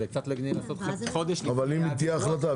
זה אם תהיה החלטה.